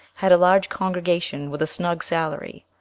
had a large congregation with a snug salary.